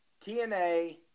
TNA